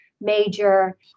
major